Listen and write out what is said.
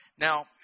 Now